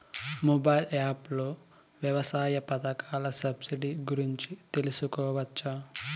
Mobile app లో వ్యవసాయ పథకాల సబ్సిడి గురించి తెలుసుకోవచ్చా?